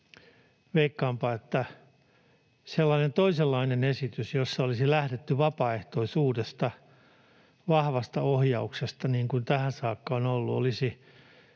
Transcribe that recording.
Veikkaanpa, että sellainen toisenlainen esitys, jossa olisi lähdetty vapaaehtoisuudesta, vahvasta ohjauksesta, niin kuin tähän saakka on ollut, niin